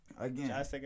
Again